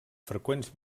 freqüents